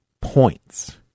points